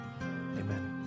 Amen